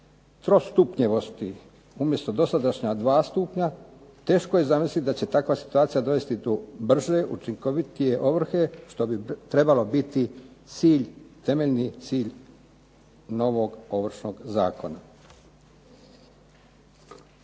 trostupnjevosti umjesto dosadašnja 2 stupnja. Teško je zamisliti da će takva situacija dovesti do brže, učinkovitije ovrhe što bi trebalo biti cilj, temeljni cilj novog ovršnog zakona.